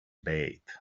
bait